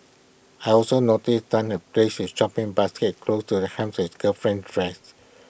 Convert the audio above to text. her also noticed Tan had placed his shopping basket close to the hem of his girlfriend's dress